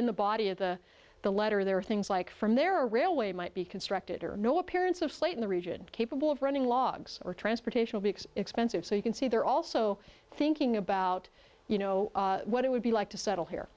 in the body of the the letter there are things like from their railway might be constructed or no appearance of slate in the region capable of running logs or transportational be expensive so you can see they're also thinking about you know what it would be like to settle here